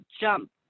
jump